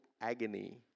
agony